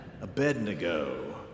Abednego